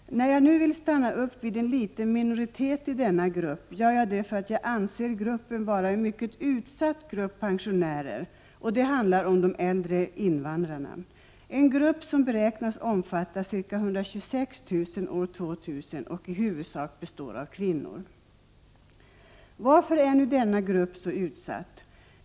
När jag nu vill stanna upp vid en liten minoritet i denna grupp, gör jag det därför att jag anser den gruppen vara en mycket utsatt grupp pensionärer. Det handlar om de äldre 53 invandrarna, en grupp som beräknas omfatta ca 126 000 år 2000 och som i huvudsak består av kvinnor. Varför är nu denna grupp pensionärer så utsatt?